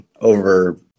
over